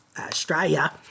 Australia